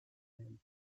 and